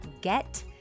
get